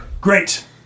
great